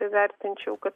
įvertinčiau kad